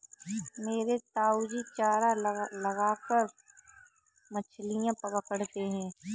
मेरे ताऊजी चारा लगाकर मछलियां पकड़ते हैं